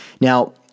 Now